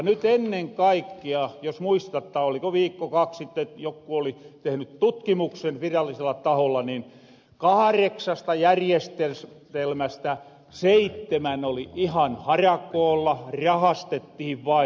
nyt ennen kaikkea jos muistatte oliko viikko kaksi sitten että jokku oli tehnyt tutkimuksen virallisella taholla niin kahreksasta järjestelmästä seittemän oli ihan harakoolla rahastettihin vain